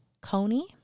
Coney